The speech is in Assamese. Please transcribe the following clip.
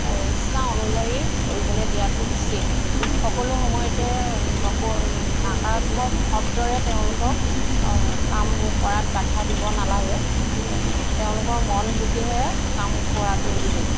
ইচ্ছা অনুযায়ী কৰিবলৈ দিয়াতো উচিত সকলো সময়তে নক নাকাৰাত্মক শব্দৰে তেওঁলোকক কামবোৰ কৰাত বাধা দিব নালাগে তেওঁলোকৰ মন বুজিহে কাম কৰাতো উচিত